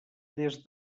des